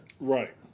Right